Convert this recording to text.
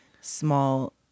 small